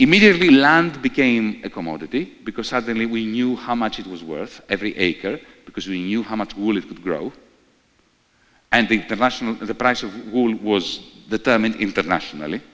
immediately land became a commodity because suddenly we knew how much it was worth every acre because we knew how much it will grow and big the national the price of wool was the term internationally